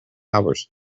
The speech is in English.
hours